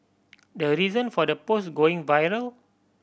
the reason for the post going viral